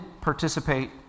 participate